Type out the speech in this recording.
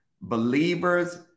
believers